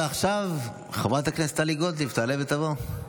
ועכשיו חברת הכנסת טלי גוטליב תעלה ותבוא.